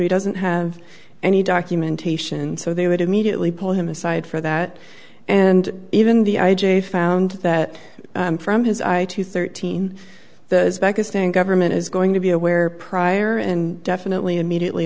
he doesn't have any documentation so they would immediately pull him aside for that and even the i j a found that from his eye to thirteen the pakistan government is going to be aware prior and definitely immediately